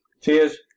Cheers